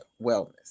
wellness